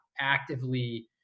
actively